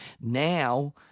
Now